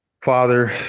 father